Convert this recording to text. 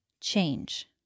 change